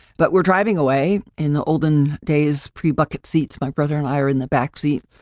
but we're driving away in the olden days pre bucket seats, my brother and i are in the backseat.